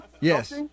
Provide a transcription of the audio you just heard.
yes